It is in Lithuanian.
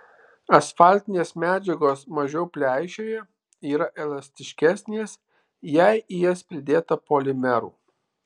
asfaltinės medžiagos mažiau pleišėja yra elastiškesnės jei į jas pridėta polimerų